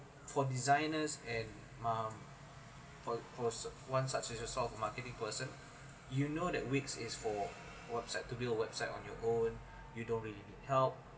for designers and um for for suc~ one such as yourself marketing person you know that wix is for website to build website on your own you don't really need help